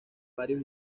varios